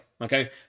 Okay